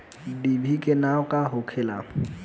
डिभी के नाव का होखेला?